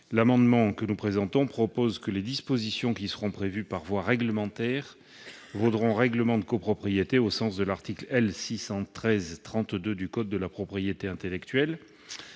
bien dans le concret. Nous proposons que les dispositions qui seront prévues par voie réglementaire vaillent règlement de copropriété au sens de l'article L. 613-32 du code de la propriété intellectuelle,